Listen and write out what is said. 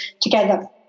together